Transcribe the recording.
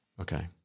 okay